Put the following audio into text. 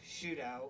shootout